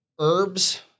herbs